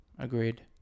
Agreed